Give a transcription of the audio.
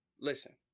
Listen